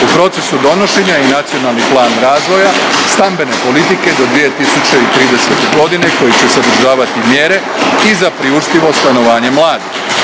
U procesu donošenja je i Nacionalni plan razvoja stambene politike do 2030. godine koji će sadržavati mjere i za priuštivo stanovanje mladih.